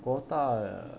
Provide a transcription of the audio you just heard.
国大